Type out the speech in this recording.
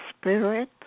spirit